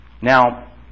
Now